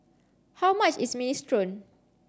how much is Minestrone